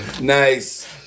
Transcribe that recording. Nice